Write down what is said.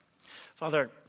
Father